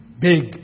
big